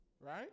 Right